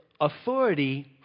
Authority